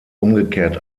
umgekehrt